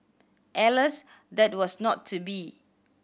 alas that was not to be